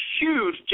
huge